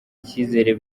icyizere